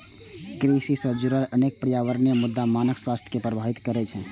कृषि सं जुड़ल अनेक पर्यावरणीय मुद्दा मानव स्वास्थ्य कें प्रभावित करै छै